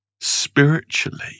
spiritually